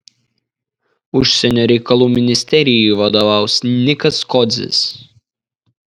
užsienio reikalų ministerijai vadovaus nikas kodzis